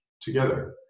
together